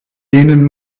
denen